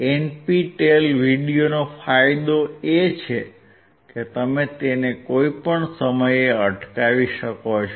NPTEL વીડિયોનો ફાયદો એ છે કે તમે તેને કોઈપણ સમયે અટકાવી શકો છો